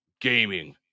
gaming